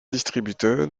distributeur